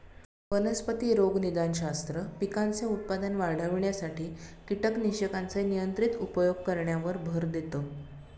वनस्पती रोगनिदानशास्त्र, पिकांचे उत्पादन वाढविण्यासाठी कीटकनाशकांचे नियंत्रित उपयोग करण्यावर भर देतं